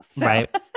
Right